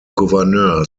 gouverneur